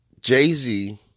Jay-Z